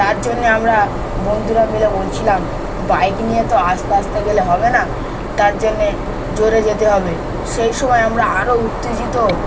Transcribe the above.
তার জন্যে আমরা বন্ধুরা মিলে বলছিলাম বাইক নিয়ে তো আস্তে আস্তে গেলে হবে না তার জন্যে জোরে যেতে হবে সেই সময় আমরা আরও উত্তেজিত